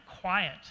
quiet